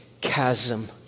chasm